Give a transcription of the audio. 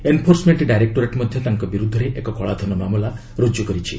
enforcement directorate ମଧ୍ୟ ତାଙ୍କ ବିରୁଦ୍ଧରେ ଏକ କଳାଧନ ମାମଲା ରୁଜୁ କରିଛି